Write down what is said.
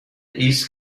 east